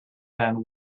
than